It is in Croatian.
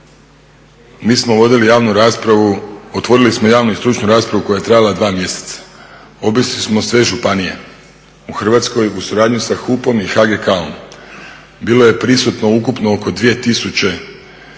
otvorili smo javnu i stručnu raspravu koja je trajala 2 mjeseca. Obišli smo sve županije u Hrvatskoj u suradnji sa … i …. Bilo je prisutno ukupno oko 2 tisuće